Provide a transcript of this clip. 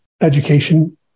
education